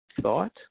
thought